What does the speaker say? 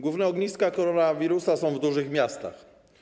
Główne ogniska koronawirusa są w dużych miastach.